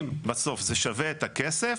אם בסוף זה שווה את הכסף,